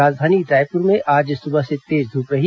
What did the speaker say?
राजधानी में आज सुबह से तेज धूप रही